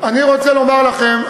אני רוצה לומר לכם,